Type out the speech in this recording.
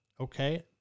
okay